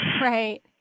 Right